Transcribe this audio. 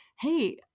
hey